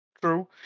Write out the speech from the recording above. true